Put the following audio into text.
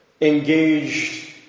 engaged